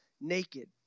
naked